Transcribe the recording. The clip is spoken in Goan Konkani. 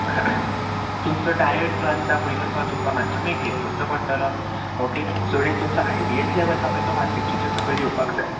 तुमचो डायट जो आसता पय न्हू तो तुमकां मात्सो मेनटेन करचो पडटलो ओके सो एक तुमचो आय बी एस लेवल आहा पय तो वन सिक्स्टीच्या सकयल येवपाक जाय